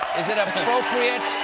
is it appropriate?